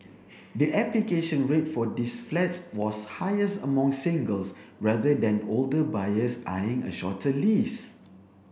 the application rate for these flats was highest among singles rather than older buyers eyeing a shorter lease